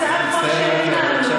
הצעת חוק שאין לה עלות.